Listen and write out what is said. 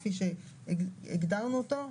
כפי שהגדרנו אותו.